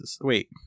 Wait